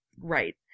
right